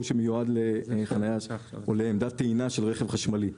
שמיועד לחניה או לעמדת טעינה של רכב חשמלי.